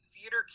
theater